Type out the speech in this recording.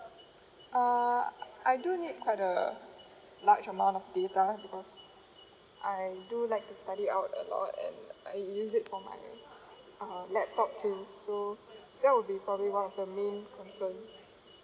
uh I do need quite a large amount of data because I do like to study out a lot and I use it for my uh laptop too so that will be probably one of the main concern